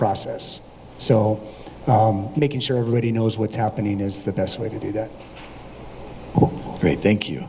process so making sure everybody knows what's happening is the best way to do that great thank you